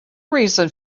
reason